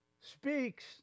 speaks